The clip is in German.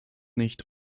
nicht